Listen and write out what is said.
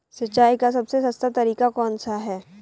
सिंचाई का सबसे सस्ता तरीका कौन सा है?